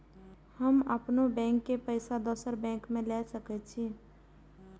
हम अपनों बैंक के पैसा दुसरा बैंक में ले सके छी?